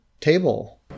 table